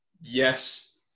yes